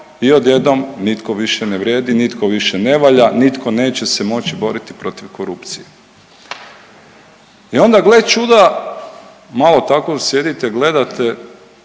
i odjednom nitko više ne vrijedi, nitko više ne valja, nitko neće se moći boriti protiv korupcije. I onda gle čuda, malo tako sjedite, gledate